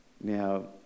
Now